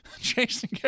Jason